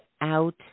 out